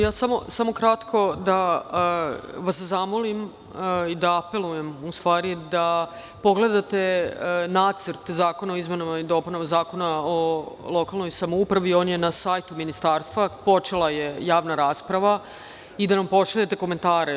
Ja samo kratko da vas zamolim i da apelujem u stvari da pogledate Nacrt zakona o izmenama i dopunama Zakona o lokalnoj samoupravi, on je na sajtu Ministarstva, počela je javna rasprava, i da nam pošaljete komentare.